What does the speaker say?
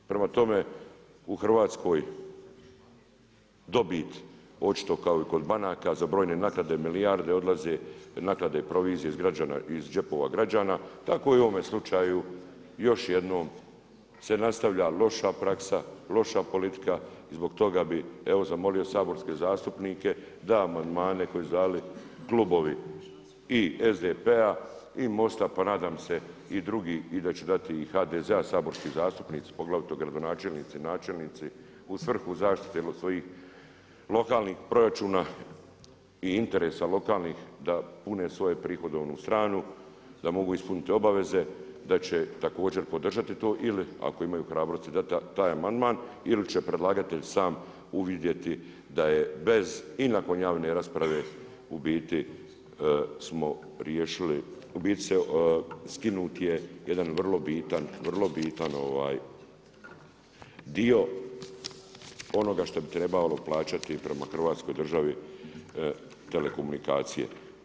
Prema tome, u Hrvatskoj dobit očito kao i kod banaka za brojne naknade i milijarde odlaze iz džepova građana, tako u i u ovome slučaju još jednom se nastavlja loša praksa, loša politika i zbog toga bi evo zamolio saborske zastupnike da amandmane koje su dali klubovi i SDP-a i MOST-a pa nadam se i drugi da će dati i iz HDZ-a saborski zastupnici, poglavito gradonačelnici, načelnici, u svrhu zaštite svojih lokalnih proračuna i interesa lokalnih da pune svoju prihodovnu stranu, da mogu ispuniti obaveze, da će također podržati to ili ako imaju hrabrosti dati taj amandman ili će predlagatelj sam uvidjeti da je bez i nakon javne rasprave u biti skinut je jedan vrlo bitan dio onoga što bi trebalo plaćati prema hrvatskoj državi telekomunikacije.